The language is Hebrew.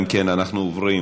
אם כן, אנחנו עוברים